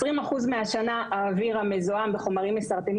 20% מהשנה האוויר המזוהם בחומרים מסרטנים